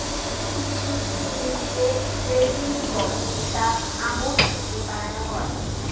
কিচমিচকে ইংরেজিতে রেজিন বলে যেটা আঙুর শুকিয়ে বানান হয়